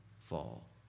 fall